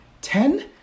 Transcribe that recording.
Ten